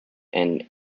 and